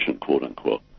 quote-unquote